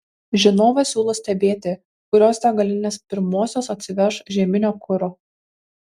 žinovas siūlo stebėti kurios degalinės pirmosios atsiveš žieminio kuro